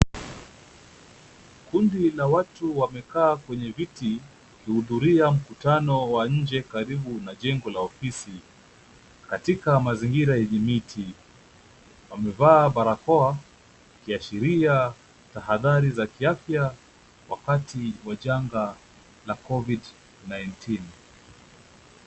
Kundi la watu wamekaa kwenye viti ,kuhudhuria mkutano wa nje karibu na jengo la ofisi, katika mazingira yenye miti ,wamevaa barakoa ikiashiria tahadhari za kiafya wakati wa janga la COVID- 19 .